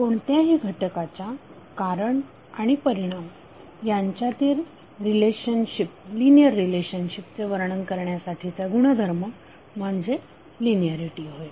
कोणत्याही घटकाच्या कारण आणि परिणाम यांच्यातील लिनियर रिलेशनशिप चे वर्णन करण्यासाठीचा गुणधर्म म्हणजे लिनिऍरिटी होय